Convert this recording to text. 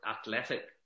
athletic